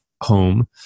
home